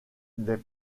des